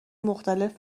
مختلف